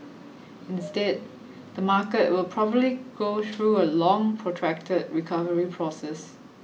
instead the market will probably go through a long protracted recovery process